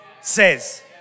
says